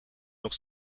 nog